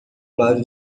lado